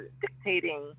dictating